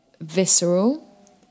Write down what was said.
Visceral